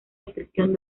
descripción